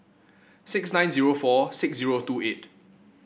six nine zero four six zero two eight